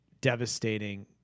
devastating